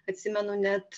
atsimenu net